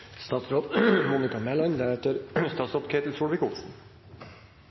statsråd Monica Mæland